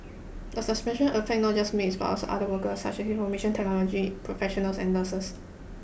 the suspension affects not just maids but also other workers such as information technology professionals and nurses